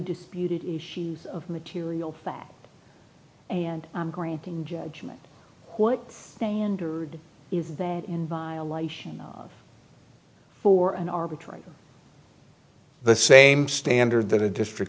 disputed issues of material that and i'm granting judgment what standard is that in violation for an arbitrary the same standard that a district